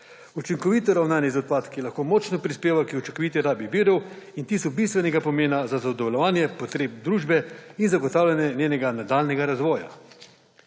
Učinkovito ravnanje z odpadki lahko močno prispeva k učinkoviti rabi virov in ti so bistvenega pomena za zadovoljevanje potreb družbe in zagotavljanje njenega nadaljnjega razvoja.